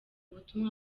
butumwa